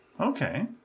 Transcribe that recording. Okay